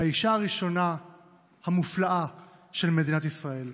האישה הראשונה המופלאה של מדינת ישראל.